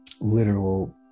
literal